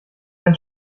ein